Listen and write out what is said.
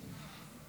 ממש בשעות האלה